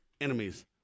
enemies